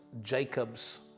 Jacob's